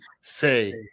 say